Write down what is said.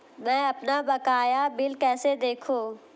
मैं अपना बकाया बिल कैसे देखूं?